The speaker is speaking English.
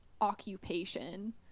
occupation